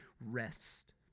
rest